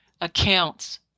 accounts